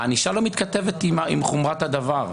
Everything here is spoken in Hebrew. הענישה לא מתכתבת עם חומרת הדבר.